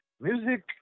Music